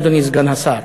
אדוני סגן השר.